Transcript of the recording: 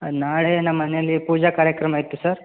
ನಾಳೆ ನಮ್ಮನೇಲಿ ಪೂಜಾ ಕಾರ್ಯಕ್ರಮ ಇತ್ತು ಸರ್